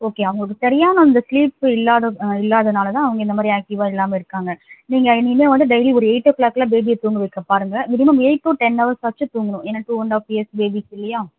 okay அவங்களுக்கு சரியான அந்த ஸ்லீப்பு இல்லாத இல்லாதனால்தான் அவங்க இந்தமாதிரி ஆக்ட்டிவாக இல்லாமல் இருக்காங்க நீங்கள் இனிமேல் வந்து டெய்லி ஒரு எயிட் ஓ க்ளாக்கெலாம் பேபியை தூங்க வைக்க பாருங்க மினிமம் எயிட் டு டென் ஹவர்ஸ்ஸாச்சும் தூங்கணும் ஏன்னால் two and half years babies இல்லையா